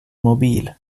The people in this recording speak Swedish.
mobil